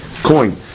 coin